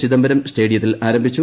ചിദംബരം സ്റ്റേഡിയത്തിൽ ആരംഭിച്ചു